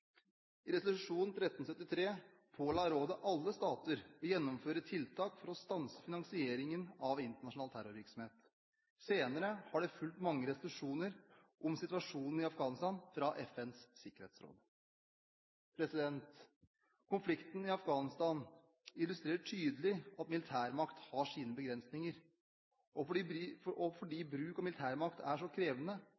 I resolusjon 1373 påla rådet alle stater å gjennomføre tiltak for å stanse finansieringen av internasjonal terrorvirksomhet. Senere har det fulgt mange resolusjoner om situasjonen i Afghanistan fra FNs sikkerhetsråd. Konflikten i Afghanistan illustrerer tydelig at militærmakt har sine begrensninger, og fordi